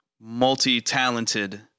Multi-talented